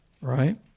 right